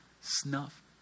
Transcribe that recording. snuff